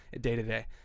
day-to-day